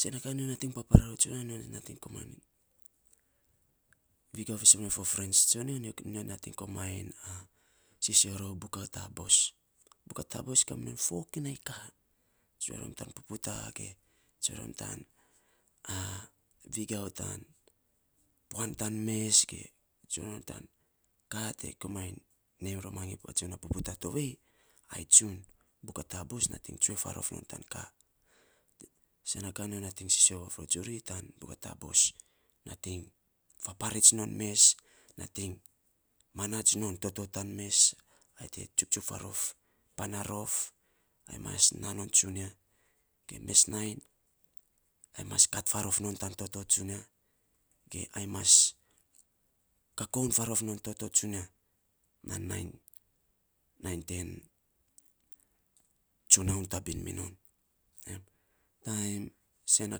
Sen na ka nyo nating papara rou tsunia nyo nating komainy vigau fisen mirou fo friends tsoyo nyo nating sisio rou buk a tabos. Buk a tabos kaminon fakinai ka, tsue rom tan puputa ge tsue rom ta puan tan mes ge tsue non tan ka komainy rev rom ya patsun puputa tovei, ai tsun buk a tabos nating tsue farof non ta ka. Sen na ka nyo nating sisio of rori tan buk a tabos nating faparits non mes, nating manats non toto tan mes ai te tsuktsuk farof pan a rof ai mas na non tsunia. Mes nainy ai mas kat farot non tan toto tsunia ge ai mas kakoun farot non toto tsunia tan nainy ten tsunaun tabin mi non. Taim seu a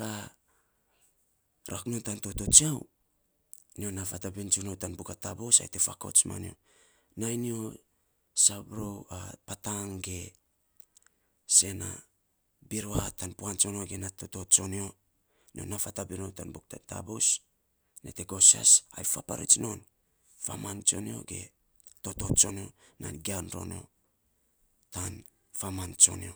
ka ruak non tau toto tsiau, nyo na fatabin tsun rou tan buk a tabos ai te fakouts ma nyo. Nainy nyo sab rou patang ge sen a birua tan puan tsanyo ge na toto tsonyo nyo na fatabin rou tan buk a tabos nyo te gosias ai faparits non faman tsonyo ge toto tsonyo nainy gian ro nyo tan toto tsonyo.